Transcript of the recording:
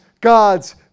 God's